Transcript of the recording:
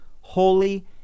holy